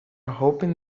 hoping